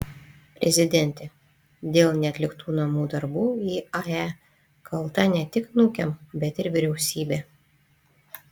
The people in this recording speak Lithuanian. prezidentė dėl neatliktų namų darbų iae kalta ne tik nukem bet ir vyriausybė